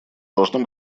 должно